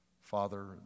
Father